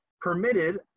permitted